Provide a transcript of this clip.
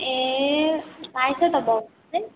ए पाएछ त भाव त है